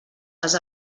les